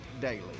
daily